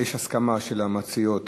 יש הסכמה של המציעות